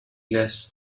gas